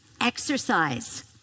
Exercise